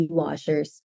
washers